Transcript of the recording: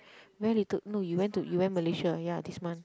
very little no you went to you went Malaysia ya this month